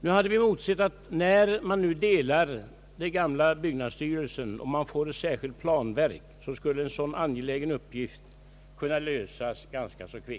Vi hade emotsett att när man nu delar den gamla byggnadsstyrelsen och inrättar ett särskilt planverk skulle denna angelägna uppgift kunna lösas ganska snabbt.